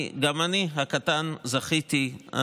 גם אני הקטן זכיתי,